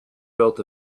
built